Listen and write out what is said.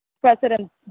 President